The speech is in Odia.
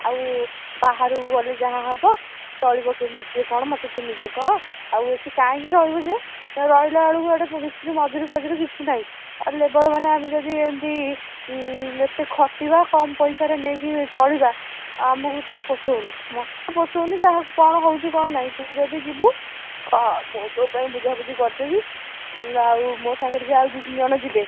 ଆଉ ବାହାରକୁ ଗଲେ ଯାହା ହବ ଚଳିବ କେମିତି କିଏ କ'ଣ ମୋତେ ତୁ ନିଜେ କହ ଆଉ ଏଠି କାହିଁକି ରହିବୁ ଯେ ରହିଲା ବେଳକୁ ଆଡ଼େ ମିସ୍ତ୍ରୀ ମଜୁରୀଫଜୁରୀ କିଛି ନାଇଁ ଆଉ ଲେବର ମାନେ ଆମେ ଯଦି ଏନ୍ତି ଏତେ ଖଟିବା କମ୍ ପଇସାରେ ନେଇକି ଚଳିବା ଆମକୁ ତ ପୋଷଉନି ମୋତେ ତ ପୋଷଉନି କାହାକୁ କ'ଣ ହେଉଛି କ'ଣ ନାଇଁ ତୁ ଯଦି ଯିବୁ କହ ମୁଁ ତୋ ପାଇଁ ବୁଝାବୁଝି କରିଦେବି ଆଉ ମୋ ସାଙ୍ଗରେ ବି ଆଉ ଦୁଇ ତିନି ଜଣ ଯିବେ